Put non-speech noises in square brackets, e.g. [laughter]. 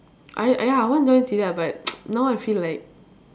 I ya I want join silat but [noise] now I feel like